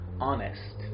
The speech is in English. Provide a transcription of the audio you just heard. honest